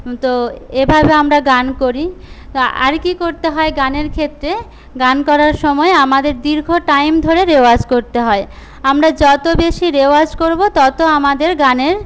তো এভাবে আমরা গান করি আর কি করতে হয় গানের ক্ষেত্রে গান করার সময় আমাদের দীর্ঘ টাইম ধরে রেওয়াজ করতে হয় আমরা যত বেশী রেওয়াজ করবো ততো আমাদের গানের